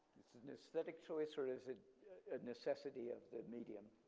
it's an aesthetic choice or is it a necessity of the medium?